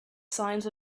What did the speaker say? signs